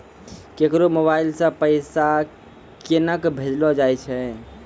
केकरो मोबाइल सऽ पैसा केनक भेजलो जाय छै?